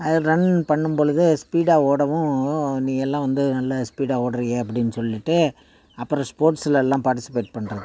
அது ரன் பண்ணும் பொழுது ஸ்பீடாக ஓடவும் ஓ நீயெல்லாம் வந்து நல்ல ஸ்பீடாக ஓடுறியே அப்படினு சொல்லிவிட்டு அப்புறம் ஸ்போர்ட்ஸில் எல்லாம் பார்ட்டிஸிபேட் பண்ணிட்டேன் நான்